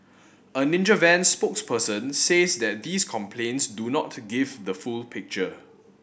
a Ninja Van spokesperson says that these complaints do not to give the full picture